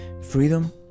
freedom